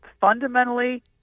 fundamentally